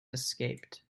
escaped